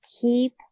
Keep